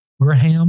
Graham